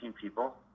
people